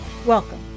Welcome